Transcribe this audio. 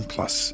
Plus